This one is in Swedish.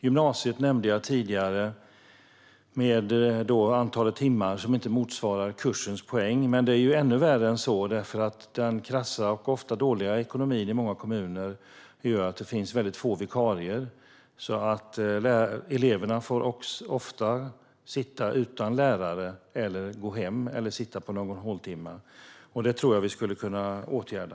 Jag nämnde tidigare gymnasiet angående att antalet timmar inte motsvarar kursens poäng, men det är ju ännu värre än så eftersom den ofta dåliga ekonomin i många kommuner gör att det finns väldigt få vikarier. Eleverna får därför ofta sitta utan lärare, gå hem eller ha håltimme. Detta tror jag att vi skulle kunna åtgärda.